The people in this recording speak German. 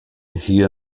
hier